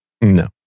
No